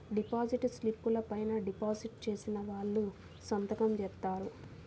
deposit స్లిపుల పైన deposit చేసిన వాళ్ళు సంతకం జేత్తారు